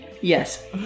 Yes